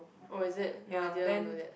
oh is it no idea don't do that